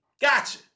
gotcha